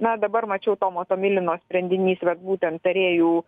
na dabar mačiau tomo tomilino sprendinys vat būtent tarėjų